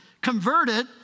converted